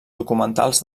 documentals